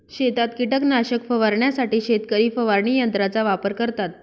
शेतात कीटकनाशक फवारण्यासाठी शेतकरी फवारणी यंत्राचा वापर करतात